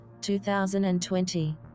2020